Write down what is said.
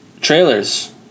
trailers